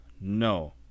no